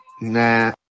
nah